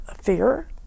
fear